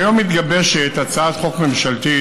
כיום מתגבשת הצעת חוק ממשלתית,